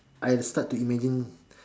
I start to imagine